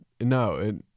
No